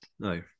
No